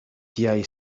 tiaj